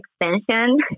extension